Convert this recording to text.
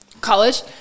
college